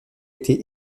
été